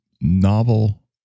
novel